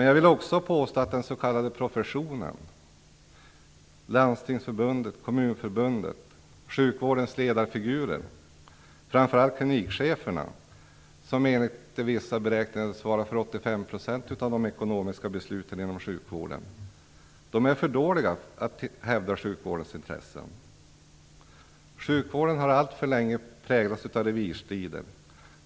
Jag vill också påstå att den s.k. professionen, dvs. Landstingsförbundet, Kommunförbundet och sjukvårdens ledarfigurer, framför allt klinikcheferna - som enligt vissa beräkningar svarar för 85 % av de ekonomiska besluten inom sjukvården - är för dåliga på att hävda sjukvårdens intressen. Sjukvården har alltför länge präglats av revirstrider.